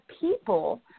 people